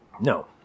No